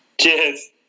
cheers